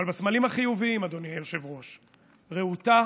אבל מהסמלים החיוביים, אדוני היושב-ראש: רהוטה,